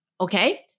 okay